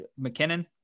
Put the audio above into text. mckinnon